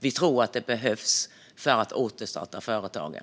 Vi tror att de behövs för att återstarta företagen.